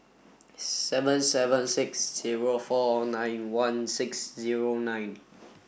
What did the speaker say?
seven seven six zero four nine one six zero nine